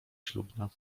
ślubna